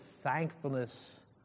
thankfulness